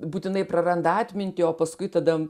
būtinai praranda atmintį o paskui tada